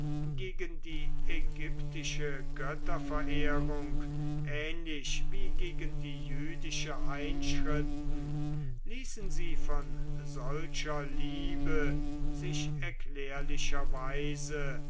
gegen die ägyptische götterverehrung ähnlich wie gegen die jüdische einschritten ließen sie von solcher liebe sich erklärlicherweise